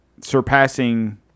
surpassing